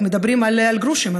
אנחנו מדברים על גרושים,